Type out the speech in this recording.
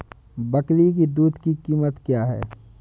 बकरी की दूध की कीमत क्या है?